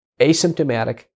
asymptomatic